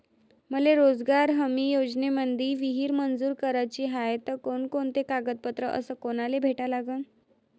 मले रोजगार हमी योजनेमंदी विहीर मंजूर कराची हाये त कोनकोनते कागदपत्र अस कोनाले भेटा लागन?